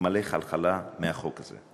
מתמלא חלחלה ממנה, מהחוק הזה.